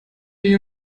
you